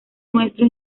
nuestro